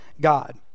God